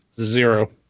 zero